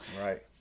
Right